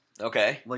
Okay